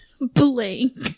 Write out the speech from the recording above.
blank